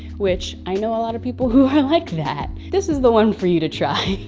which i know a lot of people who are like that, this is the one for you to try.